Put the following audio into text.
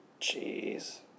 Jeez